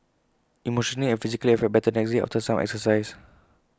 emotionally and physically I felt better the next day after some exercise